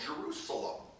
Jerusalem